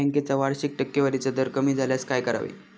बँकेचा वार्षिक टक्केवारीचा दर कमी झाल्यास काय करावे?